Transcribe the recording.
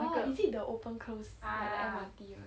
oh is it the open close like the M_R_T [one]